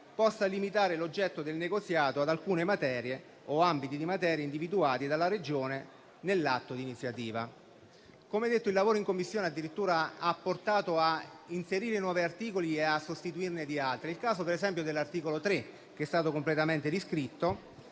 possa limitare l'oggetto del negoziato ad alcune materie o ambiti di materie individuati dalla Regione nell'atto di iniziativa. Come detto, il lavoro in Commissione ha portato addirittura ad inserire nuovi articoli e a sostituirne altri. È il caso per esempio dell'articolo 3, che è stato completamente riscritto